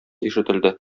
ишетелде